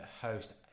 host